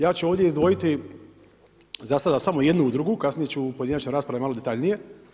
Ja ću ovdje izdvojiti za sada samo jednu i drugu, kasnije ću u pojedinačnoj raspravi malo detaljnije.